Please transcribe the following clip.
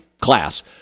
class